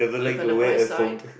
look on the bright side